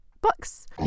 books